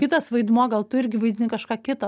kitas vaidmuo gal tu irgi vaidini kažką kitą